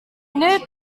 new